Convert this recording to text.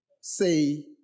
say